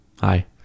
Hi